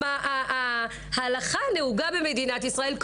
גם ההלכה הנהוגה במדינת ישראל,